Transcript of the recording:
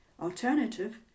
alternative